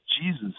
Jesus